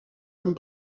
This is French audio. comme